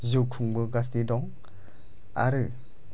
जिउ खुंबोगासिनो दं आरो